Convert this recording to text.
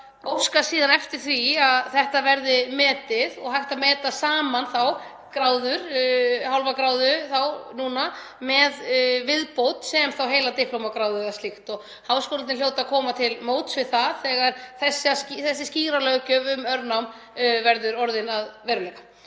óska eftir því að þetta verði metið og hægt að meta saman þá gráður, hálfa gráðu þá núna, með viðbót, sem heila diplómugráðu eða slíkt. Háskólarnir hljóta að koma til móts við það þegar þessi skýra löggjöf um örnám verður orðin að veruleika.